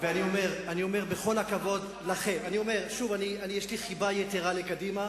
אני אומר בכל הכבוד לכם: יש לי חיבה יתירה לקדימה,